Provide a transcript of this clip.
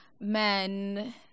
men